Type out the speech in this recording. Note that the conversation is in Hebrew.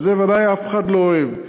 אבל זה ודאי אף אחד לא אוהב.